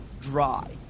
dry